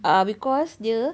err because dia